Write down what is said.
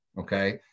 Okay